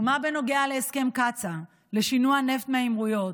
ומה בנוגע להסכם קצא"א לשינוע נפט מהאמירויות?